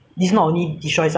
uh in healthwise ah